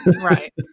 right